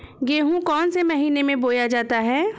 गेहूँ कौन से महीने में बोया जाता है?